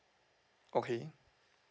okay